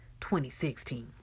2016